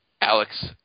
Alex